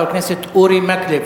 חבר הכנסת אורי מקלב,